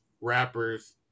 rappers